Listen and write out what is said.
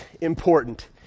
important